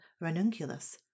ranunculus